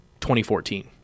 2014